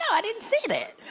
know. i didn't see that.